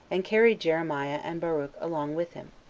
and carried jeremiah and barnch along with him.